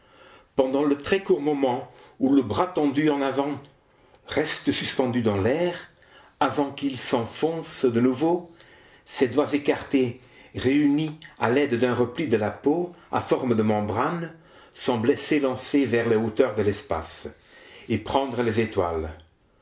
pendant le très court moment où le bras tendu en avant reste suspendu dans l'air avant qu'il s'enfonce de nouveau ses doigts écartés réunis à l'aide d'un repli de la peau à forme de membrane semblaient s'élancer vers les hauteurs de l'espace et prendre les étoiles